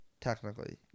technically